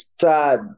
sad